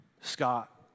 Scott